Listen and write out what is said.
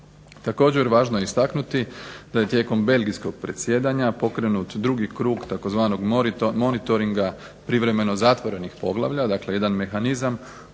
Također važno je istaknuti da je tijekom belgijskog predsjedanja pokrenut drugi krug tzv. monitoringa privremeno zatvorenih poglavlja. Dakle, jedan mehanizam